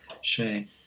Shame